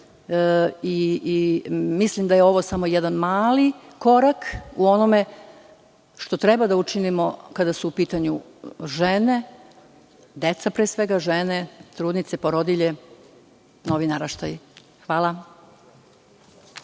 Mislim da je ovo samo jedan mali korak u onome što treba da učinimo kada su u pitanju deca pre svega žene, trudnice, porodilje, novi naraštaj. Hvala.